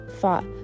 fought